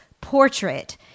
portrait